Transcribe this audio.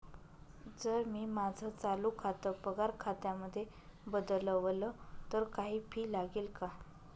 जर मी माझं चालू खातं पगार खात्यामध्ये बदलवल, तर काही फी लागेल का?